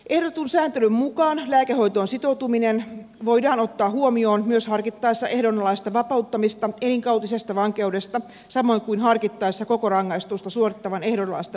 ehdotetun sääntelyn mukaan lääkehoitoon sitoutuminen voidaan ottaa huomioon myös harkittaessa ehdonalaista vapauttamista elinkautisesta vankeudesta samoin kuin harkittaessa koko rangaistusta suorittavan ehdonalaista vapauttamista